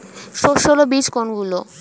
সস্যল বীজ কোনগুলো?